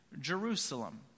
Jerusalem